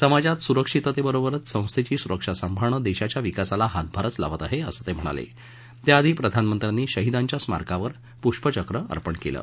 समाजात सुरक्षितत्वजीबरच संस्थापी सुरक्षा सांभाळणं दशीच्या विकासाला हातभारच लावत आह असं त उहेणाल त्याआधी प्रधानमंत्र्यांनी शहिदांच्या स्मारकावर पुष्पचक्र अर्पण कलि